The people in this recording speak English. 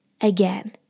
again